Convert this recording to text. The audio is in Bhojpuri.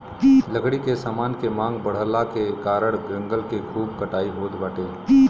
लकड़ी के समान के मांग बढ़ला के कारण जंगल के खूब कटाई होत बाटे